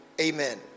Amen